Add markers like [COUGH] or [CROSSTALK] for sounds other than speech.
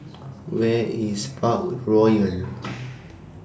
Where IS Parkroyal [NOISE]